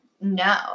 no